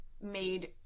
made